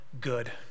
good